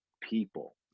people